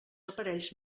aparells